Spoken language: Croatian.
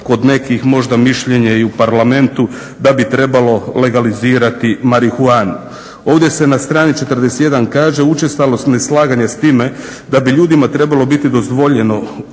kod nekih možda mišljenje i u Parlamentu da bi trebalo legalizirati marihuanu. Ovdje se na strani 41. kaže: "Učestalost neslaganja s time da bi ljudima trebalo biti dozvoljeno